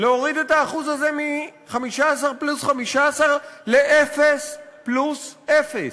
להוריד את האחוז הזה מ-15% פלוס 15% לאפס פלוס אפס.